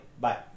bye